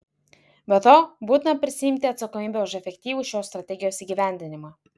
be to būtina prisiimti atsakomybę už efektyvų šios strategijos įgyvendinimą